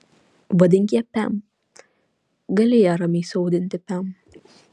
vadink ją pem gali ją ramiai sau vadinti pem